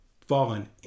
fallen